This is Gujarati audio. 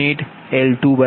L2 1